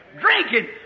drinking